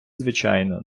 звичайно